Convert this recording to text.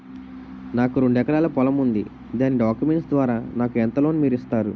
నాకు రెండు ఎకరాల పొలం ఉంది దాని డాక్యుమెంట్స్ ద్వారా నాకు ఎంత లోన్ మీరు ఇస్తారు?